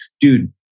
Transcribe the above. Dude